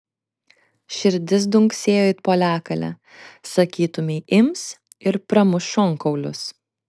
širdis dunksėjo it poliakalė sakytumei ims ir pramuš šonkaulius